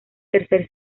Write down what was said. tercer